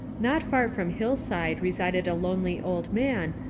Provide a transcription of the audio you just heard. not far from hillside resided a lonely old man,